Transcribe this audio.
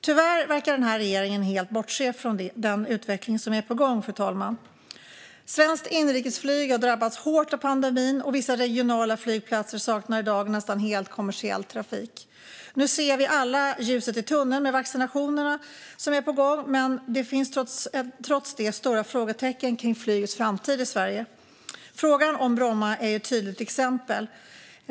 Tyvärr verkar regeringen helt bortse från den utveckling som är på gång, fru talman. Svenskt inrikesflyg har drabbats hårt av pandemin, och vissa regionala flygplatser saknar i dag nästan helt kommersiell trafik. Nu ser vi alla ljuset i tunneln med vaccinationerna som är på gång, men trots det finns stora frågetecken kring flygets framtid i Sverige. Frågan om Bromma är ett tydligt exempel.